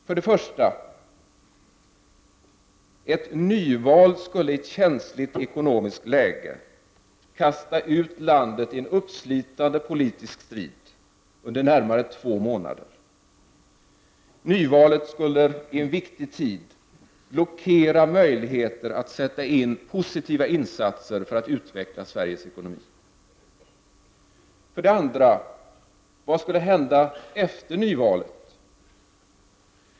För det första: Ett nyval skulle i ett känsligt ekonomiskt läge kasta ut landet i en uppslitande politisk strid under närmare två månader. Nyvalet skulle, i en viktig tid, blockera möjligheten att göra positiva insatser för att utveckla Sveriges ekonomi. För det andra: Vad skulle hända efter nyvalet?